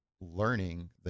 learning